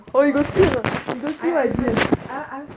oh you got see or not you got see what I did or not